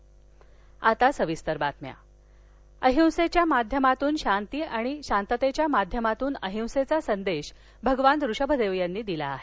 राष्ट्रपती अहिंसेच्या माध्यमातून शांती आणि शांततेच्या माध्यमातून अहिंसेचा संदेश भगवान ऋषभदेव यांनी दिला आहे